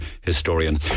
historian